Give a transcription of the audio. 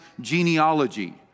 genealogy